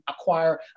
acquire